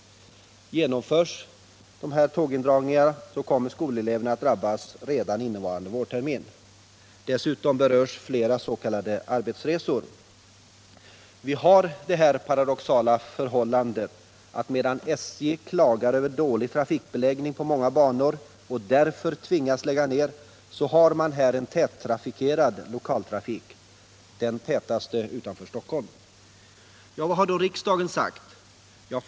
Genomförs de här tågindragningarna, kommer skoleleverna att drabbas redan innevarande vårtermin. Dessutom berörs flera s.k. arbetsresor. Vi har här det paradoxala förhållandet att medan SJ klagar över dålig trafikbeläggning på många banor och därför tvingas lägga ned, så har man här en tättrafikerad lokaltrafik, den tätaste utanför Stockholm. Vad har då riksdagen sagt?